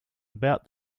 about